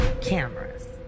cameras